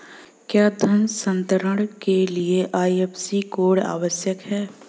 क्या धन हस्तांतरण के लिए आई.एफ.एस.सी कोड आवश्यक है?